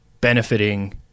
benefiting